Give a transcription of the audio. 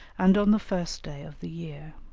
and on the first day of the year.